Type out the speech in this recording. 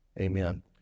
Amen